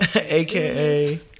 Aka